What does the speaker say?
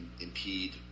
impede